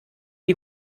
die